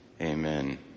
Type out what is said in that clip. Amen